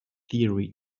theory